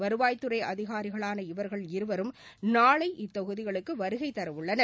வருவாய்த்துறை அதிகாரிகளான இவர்கள் இருவரும் நாளை இத்தொகுதிகளுக்கு வருகைத்தர உள்ளனர்